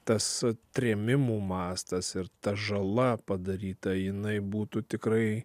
tas trėmimų mastas ir ta žala padaryta jinai būtų tikrai